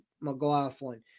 McLaughlin